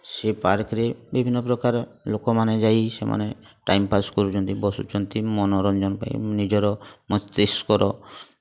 ସେ ପାର୍କରେ ବିଭିନ୍ନ ପ୍ରକାର ଲୋକମାନେ ଯାଇ ସେମାନେ ଟାଇମ୍ ପାସ୍ କରୁଛନ୍ତି ବସୁଛନ୍ତି ମନୋରଞ୍ଜନ ପାଇଁ ନିଜର ମସ୍ତିଷ୍କର